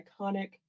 iconic